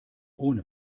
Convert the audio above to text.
ohne